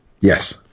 yes